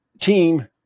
team